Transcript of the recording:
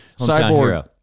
Cyborg